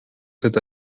cette